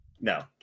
No